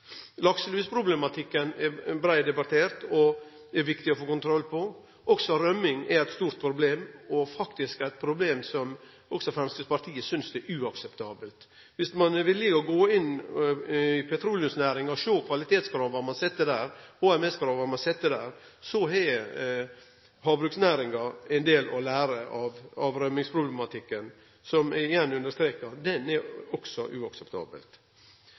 Lakselusproblematikken er breitt debattert og viktig å få kontroll på. Også rømming er eit stort problem, og eit problem som også Framstegspartiet synest er uakseptabelt. Viss ein er villig til å gå inn i petroleumsnæringa og sjå på kvalitetskrava og HMS-krava ein set der, har havbruksnæringa ein del å lære av rømmingsproblematikken, som eg igjen understrekar er